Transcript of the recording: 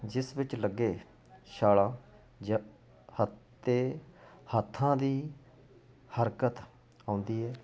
ਜਿਸ ਵਿੱਚ ਲੱਗੇ ਛਾਲਾ ਜਾਂ ਹਤੇ ਹੱਥਾਂ ਦੀ ਹਰਕਤ ਆਉਂਦੀ ਹੈ